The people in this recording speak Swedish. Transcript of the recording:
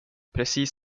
precis